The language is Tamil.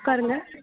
உட்காருங்க